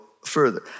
further